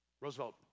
Roosevelt